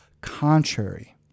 contrary